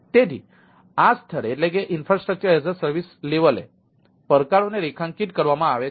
તેથી IaaS સ્તરે પડકારોને રેખાંકિત કરવામાં આવે છે